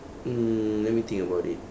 mm let me think about it